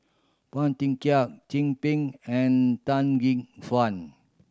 Phua Thin Kiay Chin Peng and Tan Gek Suan